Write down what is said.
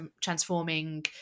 transforming